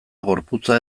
gorputza